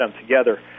together